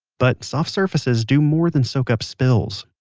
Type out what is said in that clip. but soft surfaces do more than soak up spills,